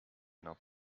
not